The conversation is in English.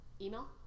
email